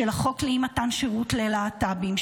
החוק לאי-מתן שירות ללהט"בים,